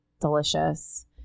delicious